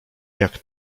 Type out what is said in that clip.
jak